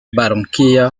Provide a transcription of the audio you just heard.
barranquilla